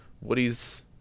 Woody's